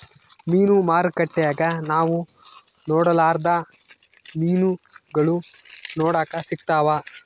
ಮೀನು ಮಾರುಕಟ್ಟೆಗ ನಾವು ನೊಡರ್ಲಾದ ಮೀನುಗಳು ನೋಡಕ ಸಿಕ್ತವಾ